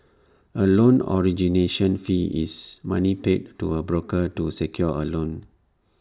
A loan origination fee is money paid to A broker to secure A loan